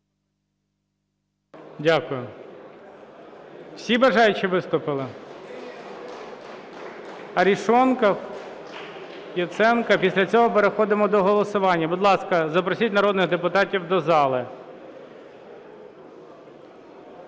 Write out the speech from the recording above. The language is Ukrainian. Дякую. Всі бажаючі виступили? Арешонков, Яценко, після цього переходимо до голосування. Будь ласка, запросіть народних депутатів до зали.